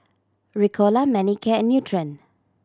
Ricola Manicare and Nutren